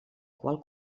qual